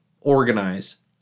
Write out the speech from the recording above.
organize